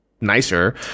nicer